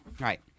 Right